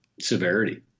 severity